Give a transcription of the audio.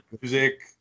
music